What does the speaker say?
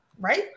right